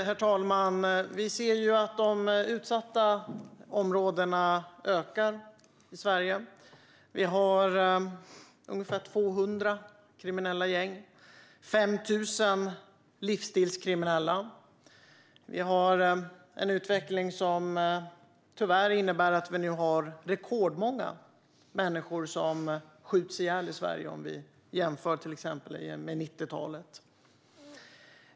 Herr talman! Vi ser att antalet utsatta områden ökar i Sverige. Det finns ungefär 200 kriminella gäng och 5 000 livsstilskriminella. Vi har en utveckling som tyvärr innebär att rekordmånga människor skjuts ihjäl i Sverige om vi jämför till exempel med hur det var under 90-talet.